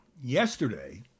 yesterday